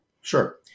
Sure